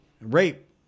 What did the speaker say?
rape